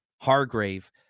Hargrave